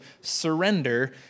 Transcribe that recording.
surrender